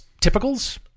typicals